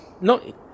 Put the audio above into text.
no